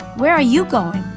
where are you going?